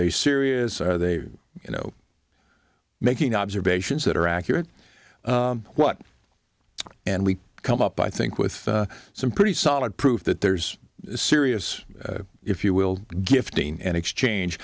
they serious are they you know making observations that are accurate what and we come up i think with some pretty solid proof that there's serious if you will gifting and exchange